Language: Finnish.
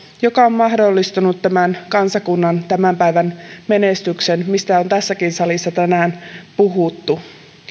joka on mahdollistanut tämän kansakunnan tämän päivän menestyksen mistä on tässäkin salissa tänään puhuttu